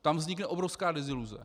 Tam vznikne obrovská deziluze.